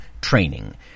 training